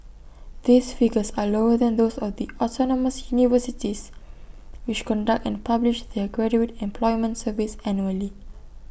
these figures are lower than those of the autonomous universities which conduct and publish their graduate employment surveys annually